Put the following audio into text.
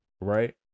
right